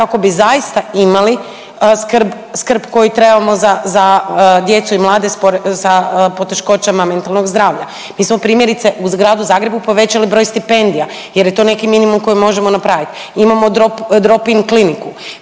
kako bi zaista imali skrb koju trebamo za djecu i mlade sa poteškoćama mentalnog zdravlja. Mi smo primjerice u gradu Zagrebu povećali broj stipendija, jer je to neki minimum koji možemo napraviti. Imamo Droping kliniku.